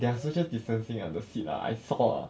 there are social distancing ah the seat ah I saw ah